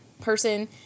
person